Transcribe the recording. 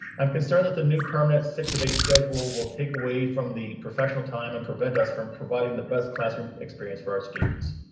i'm concerned that the new permanent six debate schedule will take away from the professional time and prevent us from providing the best classroom. experience for our students.